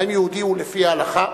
האם יהודי הוא לפי ההלכה?